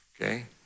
okay